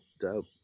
Dope